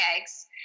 eggs